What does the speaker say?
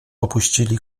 opuścili